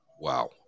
Wow